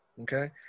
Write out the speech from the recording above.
Okay